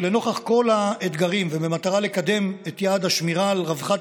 נוכח כל האתגרים ובמטרה לקדם את יעד השמירה על רווחת